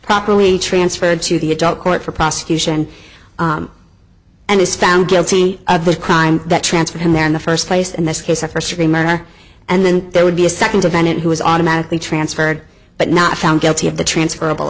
properly transferred to the adult court for prosecution and is found guilty of the crime that transfer him there in the first place and this case of first degree murder and then there would be a second defendant who was automatically transferred but not found guilty of the transferrable